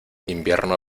invierno